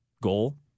goal